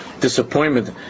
disappointment